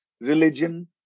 religion